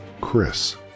Chris